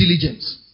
diligence